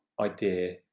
idea